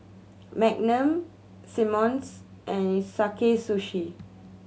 Magnum Simmons and Sakae Sushi